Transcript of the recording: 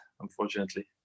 unfortunately